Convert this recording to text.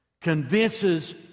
Convinces